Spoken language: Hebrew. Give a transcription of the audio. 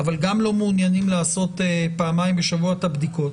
אבל גם לא מעוניינים לעשות פעמיים בשבוע את הבדיקות,